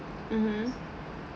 mmhmm